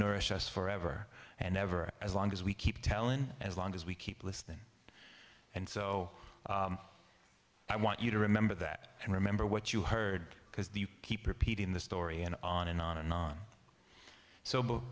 nourish us forever and ever as long as we keep talent as long as we keep listening and so i want you to remember that and remember what you heard because the you keep repeating the story and on and on and on so b